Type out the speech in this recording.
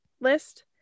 list